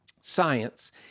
science